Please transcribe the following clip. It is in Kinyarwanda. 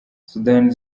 sudani